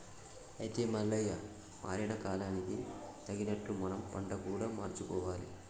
అయితే మల్లయ్య మారిన కాలానికి తగినట్లు మనం పంట కూడా మార్చుకోవాలి